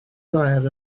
ddaear